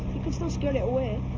you could still scare it away.